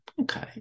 Okay